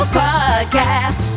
podcast